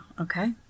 Okay